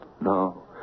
No